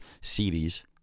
series